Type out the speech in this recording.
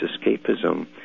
escapism